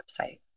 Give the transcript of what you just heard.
website